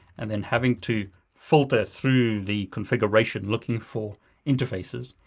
and then having to filter through the configuration looking for interfaces,